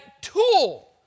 tool